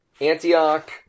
Antioch